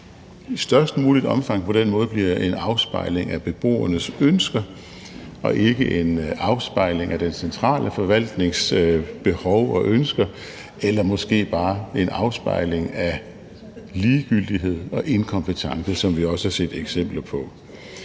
i størst muligt omfang på den måde bliver en afspejling af beboernes ønsker og ikke en afspejling af den centrale forvaltnings behov og ønsker eller måske bare en afspejling af ligegyldighed og inkompetence, som vi også har set eksempler på.